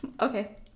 Okay